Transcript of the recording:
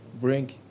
bring